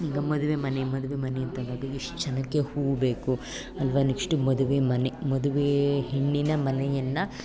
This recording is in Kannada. ಈಗ ಮದುವೆ ಮನೆ ಮದುವೆ ಮನೆ ಅಂತಂದಾಗ ಎಷ್ಟು ಜನಕ್ಕೆ ಹೂವು ಬೇಕು ಅಲ್ವ ನೆಕ್ಷ್ಟು ಮದುವೆ ಮನೆ ಮದುವೆ ಹೆಣ್ಣಿನ ಮನೆಯನ್ನು